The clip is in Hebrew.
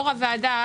יו"ר הוועדה,